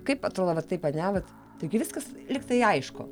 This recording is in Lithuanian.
kaip atrodo vat taip vat ne vat taigi viskas lyg tai aišku